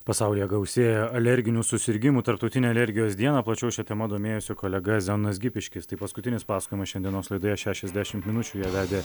pasaulyje gausėja alerginių susirgimų tarptautinę alergijos dieną plačiau šia tema domėjosi kolega zenonas gipiškis tai paskutinis pasakojimas šiandienos laidoje šešiasdešimt minučių ją vedė